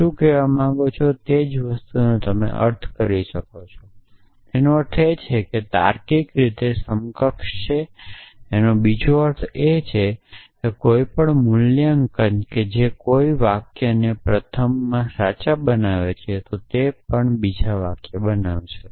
તમે શું કહેવા માંગો છો તે જ વસ્તુનો તમે અર્થ કરી શકો છો તેનો અર્થ તે છે કે તે તાર્કિક રીતે સમકક્ષ છે જેનો અર્થ એ છે કે કોઈપણ મૂલ્યાંકન જે કોઈ વાક્યને પ્રથમમાં સાચા બનાવે છે તે પણ બીજા વાક્ય બનાવશે